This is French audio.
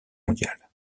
mondiale